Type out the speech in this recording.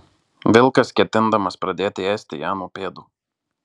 vilkas ketindamas pradėti ėsti ją nuo pėdų